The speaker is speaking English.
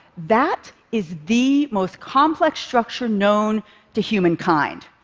that is the most complex structure known to humankind.